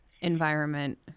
environment